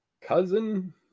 cousin